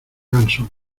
gansos